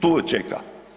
Tu čeka.